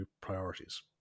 priorities